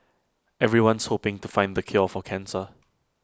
everyone's hoping to find the cure for cancer